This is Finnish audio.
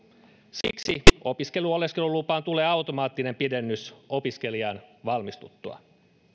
siksi opiskeluoleskelulupaan tulee automaattinen pidennys opiskelijan valmistuttua